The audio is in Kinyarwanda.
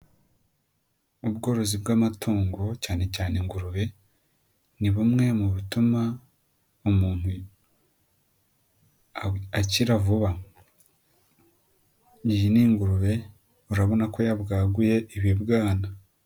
Ubworozi bw'amatungo cyane cyane ingurube ni bumwe mu butuma umuntu akira vuba, iyi ni ingurube urabona ko yabwaguye ibibwana.